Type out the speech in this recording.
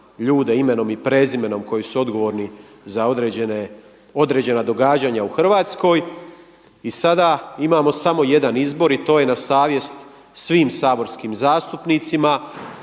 ljude imenom i prezimenom koji su odgovorni za određena događanja u Hrvatskoj i sada imamo samo jedan izbor i to je na savjest svim saborskim zastupnicima.